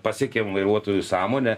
pasiekėm vairuotojų sąmonę